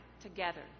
together